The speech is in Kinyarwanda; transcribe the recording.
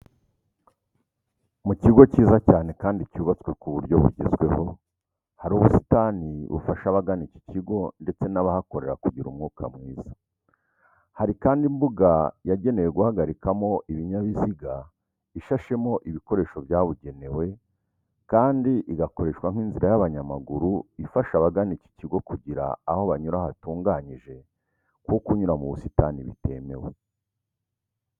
Mu kigo kiza cyane kandi cyubatswe ku buryo bugezweho, hari ubusitani bufasha abagana iki kigo ndetse n'abahakorera kugira umwuka mwiza. Hari kandi imbuga yagenewe guhagarikamo ibinyabiziga ishashemo ibikoresho byabugenewe kandi igakoreshwa nk'inzira y'abanyamaguru ifasha abagana iki kugira, aho banyura haratunganyije kuko kunyura mu busitani bitemewe.